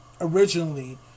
originally